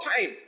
time